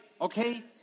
okay